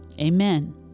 amen